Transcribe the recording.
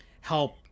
help